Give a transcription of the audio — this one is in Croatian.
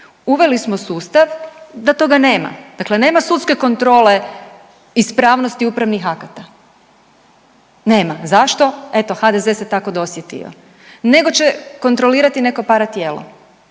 uveli smo sustav da toga nema. Dakle, nema sudske kontrole ispravnosti upravnih akata. Nema. Zašto? Eto HDZ se tako dosjetio, nego će kontrolirati neko para tijelo